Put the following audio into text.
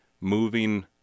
moving